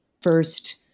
first